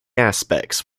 aspects